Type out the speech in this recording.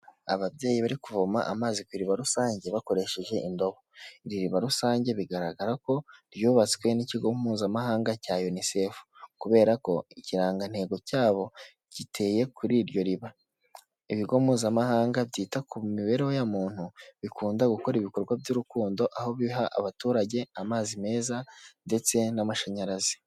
Ababyeyi bari kuvoma amazi kuri iriba rusange bakoresheje indobo. Iri iriba rusange bigaragara ko ryubatswe n'ikigo mpuzamahanga cya UNICEF kubera ko ikirangantego cyabo giteye kuri iryo riba. Ibigo mpuzamahanga byita ku mibereho ya muntu bikunda gukora ibikorwa by'urukundo aho biha abaturage amazi meza ndetse n'amashanyarazi.